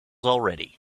already